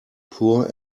poor